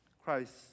Christ